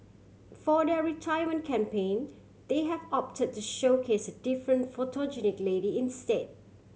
for their retirement campaign they have opted the showcase a different photogenic lady instead